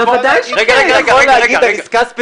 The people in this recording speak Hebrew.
אתה יכול להגיד על עסקה ספציפית